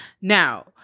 Now